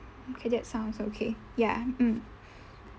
okay that sounds okay ya mm